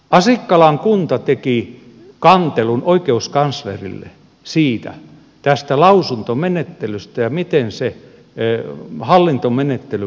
asikkalan kunta teki kantelun oikeuskanslerille tästä lausuntomenettelystä ja siitä miten se hallintomenettelyn